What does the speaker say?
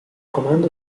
comando